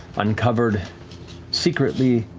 uncovered secretly,